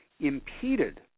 impeded